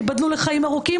שייבדלו לחיים ארוכים,